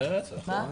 טוב,